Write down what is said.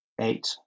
Eight